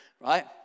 right